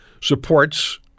supports